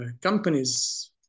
companies